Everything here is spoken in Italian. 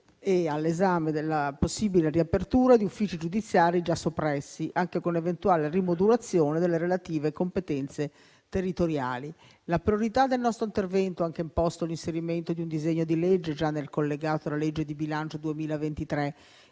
è all'esame la possibile riapertura di uffici giudiziari già soppressi, anche con l'eventuale rimodulazione delle relative competenze territoriali. La priorità del nostro intervento ha anche imposto l'inserimento di un disegno di legge già nel collegato alla legge di bilancio 2023